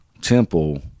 temple